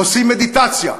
עושים מדיטציה,